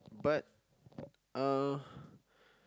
but uh